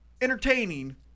entertaining